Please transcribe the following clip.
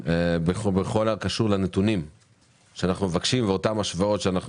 בכל הקשור לנתונים שאנחנו מבקשים ואותן השוואות שאנחנו